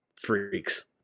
freaks